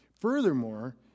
Furthermore